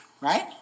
Right